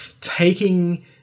taking